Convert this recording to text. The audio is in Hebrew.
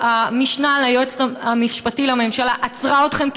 המשנה ליועץ המשפטי לממשלה עצרה אתכם,